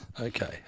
okay